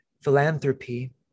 philanthropy